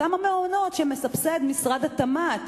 אותם המעונות שמסבסד משרד התמ"ת